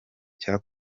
cya